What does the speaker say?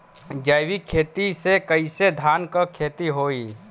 जैविक खेती से कईसे धान क खेती होई?